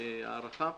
הערכה.